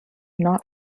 not